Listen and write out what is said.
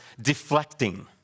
deflecting